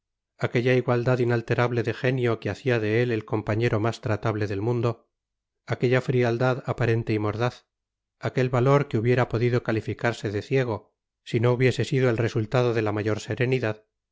aquella igualdad inalterable de genio que hacia de él el compañero mas tratable del mundo aquella frialdad aparente y mordaz aquel valor que hubiera podido calificarse de ciego si no hubiese sido el resultado de la mayor serenidad